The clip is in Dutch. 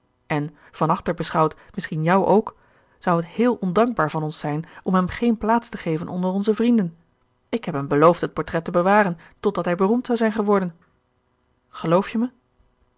en van achter beschouwd misschien jou ook zou het heel ondankbaar van ons zijn om hem geen plaats te geven onder onze vrienden ik heb hem beloofd het portret te bewaren tot dat hij beroemd zou zijn geworden geloof je me